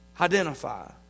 Identify